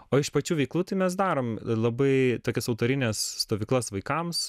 o iš pačių veiklų tai mes darom labai tokias autorines stovyklas vaikams